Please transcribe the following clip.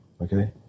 okay